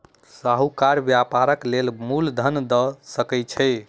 साहूकार व्यापारक लेल मूल धन दअ सकै छै